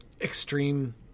extreme